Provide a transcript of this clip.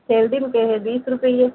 threading के है बीस रूपये